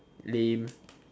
lame